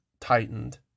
tightened